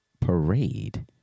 Parade